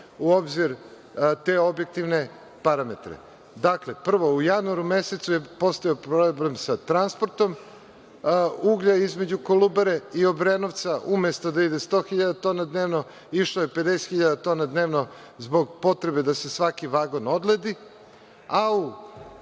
u obzir te objektivne parametre. Dakle, u januaru mesecu je postojao problem sa transportom uglja između Kolubare i Obrenovca, umesto da ide 100 tona dnevno, išlo je 50 hiljada tona dnevno zbog potrebe da se svaki vagon odledi.